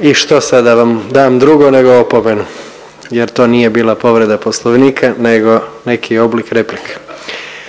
**Jandroković, Gordan (HDZ)** I što sad da vam dam drugo nego opomenu jer to nije bila povreda Poslovnika nego neki oblik replike.